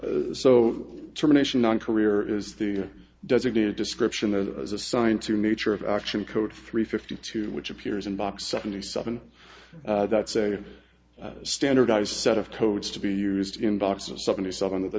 three so terminations on career is the designated description of those assigned to nature of action code three fifty two which appears in box seventy seven that's a standardized set of codes to be used in boxes seventy seven of the